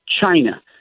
China